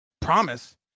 promise